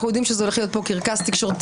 אנחנו יודעים שזה הולך להיות קרקס תקשורתי.